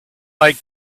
like